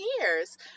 years